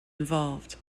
involved